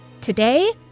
today